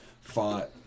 fought